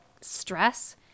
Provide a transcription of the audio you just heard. stress